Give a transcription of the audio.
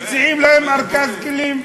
ומציעים להם ארגז כלים.